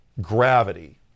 gravity